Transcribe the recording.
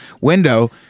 window